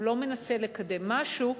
הוא לא מנסה לקדם משהו,